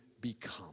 become